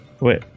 wait